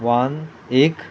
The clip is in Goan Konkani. वन एक